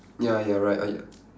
ya you're right !aiya!